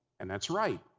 and that's right,